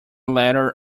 letter